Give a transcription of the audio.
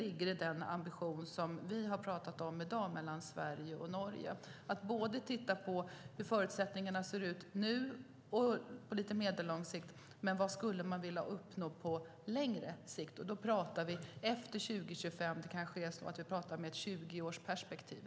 I den ambition för Sverige och Norge som vi har pratat om i dag ingår att titta på både hur förutsättningarna ser ut nu och på medellång sikt och vad man skulle vilja uppnå på längre sikt, efter 2025. Det kanske rent av är fråga om ett 20-årsperspektiv.